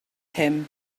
him